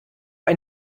ein